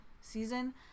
season